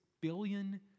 billion